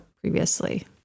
previously